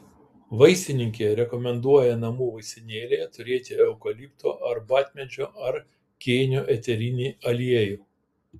vaistininkė rekomenduoja namų vaistinėlėje turėti eukalipto arbatmedžio ar kėnio eterinį aliejų